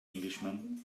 englishman